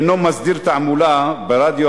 מקומית לפרסם תעמולת בחירות ברדיו